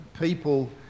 people